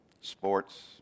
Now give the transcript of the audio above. Sports